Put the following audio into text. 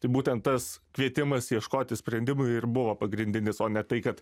tai būtent tas kvietimas ieškoti sprendimų ir buvo pagrindinis o ne tai kad